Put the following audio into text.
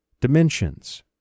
dimensions